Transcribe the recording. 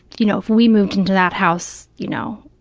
you know, if we moved into that house, you know,